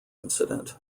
incident